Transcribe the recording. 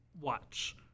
Watch